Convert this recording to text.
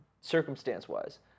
circumstance-wise